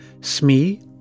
Smee